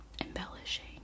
embellishing